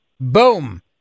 Boom